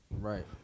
Right